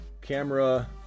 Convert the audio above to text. Camera